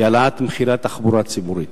היא העלאת מחירי התחבורה הציבורית.